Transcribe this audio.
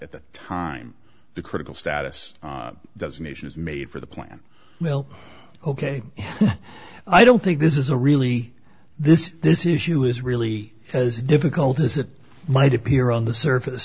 at the time the critical status does nation is made for the plan will ok i don't think this is a really this this issue is really as difficult as it might appear on the surface